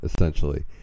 essentially